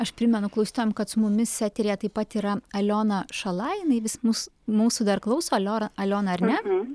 aš primenu klausytojams kad su mumis eteryje taip pat yra aliona šalai jinai vis mus mūsų dar klauso alio aliona ar ne